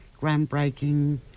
groundbreaking